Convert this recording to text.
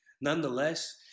nonetheless